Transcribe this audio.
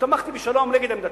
כשתמכתי בשלום נגד עמדתם.